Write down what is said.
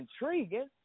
intriguing